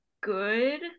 good